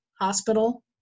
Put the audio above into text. hospital